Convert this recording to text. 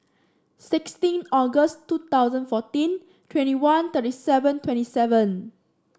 sixteen August two thousand fourteen twenty one thirty seven twenty seven